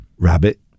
rabbit